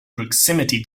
proximity